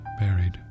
buried